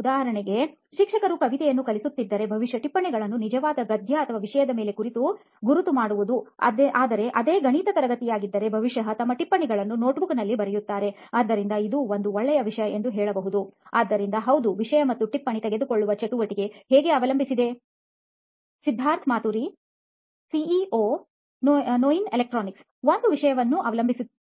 ಉದಾಹರಣೆಗೆ ಶಿಕ್ಷಕರು ಕವಿತೆಯನ್ನು ಕಲಿಸುತ್ತಿದ್ದರೆ ಬಹುಶಃ ಟಿಪ್ಪಣಿಗಳನ್ನು ನಿಜವಾದ ಗದ್ಯ ಅಥವಾ ವಿಷಯದ ಮೇಲೆ ಗುರುತು ಮಾಡುವುದು ಆದರೆ ಅದೇ ಗಣಿತ ತರಗತಿಯಾಗಿದ್ದರೆ ಬಹುಶಃ ಅದು ಟಿಪ್ಪಣಿಗಳನ್ನು ನೋಟ್ಬುಕ್ನಲ್ಲಿ ಬರೆಯುತ್ತಾರೆ ಆದ್ದರಿಂದ ಇದು ಒಂದು ಒಳ್ಳೆಯ ವಿಷಯ ಎಂದು ಹೇಳಬಹುದು ಆದ್ದರಿಂದ ಹೌದು ವಿಷಯ ಮತ್ತು ಟಿಪ್ಪಣಿ ತೆಗೆದುಕೊಳ್ಳುವ ಚಟುವಟಿಕೆ ಹೀಗೆ ಅವಲಂಬಿಸಿದೆ ಸಿದ್ಧಾರ್ಥ್ ಮಾತುರಿ ಸಿಇಒ ನೋಯಿನ್ ಎಲೆಕ್ಟ್ರಾನಿಕ್ಸ್ ಒಂದು ವಿಷಯವನ್ನು ಅವಲಂಬಿಸಿರುತ್ತದೆ